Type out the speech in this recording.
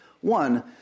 One